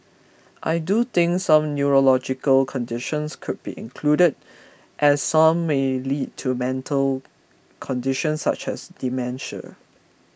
I do think some neurological conditions could be included as some may lead to mental conditions such as dementia